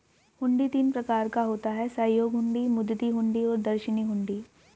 हुंडी तीन प्रकार का होता है सहयोग हुंडी, मुद्दती हुंडी और दर्शनी हुंडी